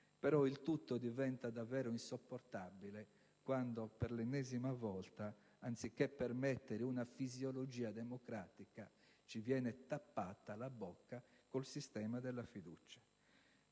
ma il tutto diventa davvero insopportabile quando per l'ennesima volta, anziché permettere una fisiologia democratica, ci viene tappata la bocca con il sistema della fiducia.